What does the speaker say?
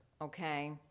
okay